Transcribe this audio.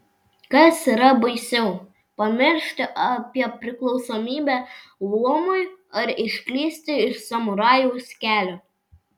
kas yra baisiau pamiršti apie priklausomybę luomui ar išklysti iš samurajaus kelio